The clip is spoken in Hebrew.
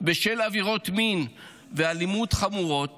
בשל עבירות מין ואלימות חמורות